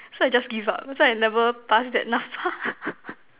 so I just give up so I never pass that N_A_P_F_A